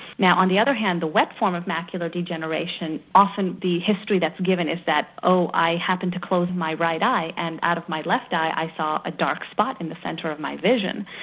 now on the other hand, the wet form of macular degeneration, often the history that's given is that oh, i happened to close my right eye, and out of my left eye, i saw a dark spot in the centre of my vision'.